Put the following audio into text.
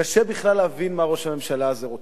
קשה בכלל להבין מה ראש הממשלה הזה רוצה.